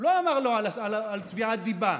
הוא לא אמר לו על תביעת דיבה,